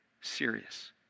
serious